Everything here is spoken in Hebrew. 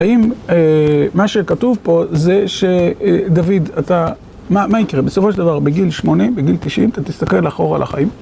האם מה שכתוב פה זה שדוד אתה, מה יקרה? בסופו של דבר בגיל 80, בגיל 90 אתה תסתכל אחורה על החיים?